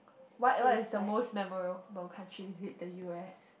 what what is the most memorable countries is it the U_S